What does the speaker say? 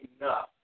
enough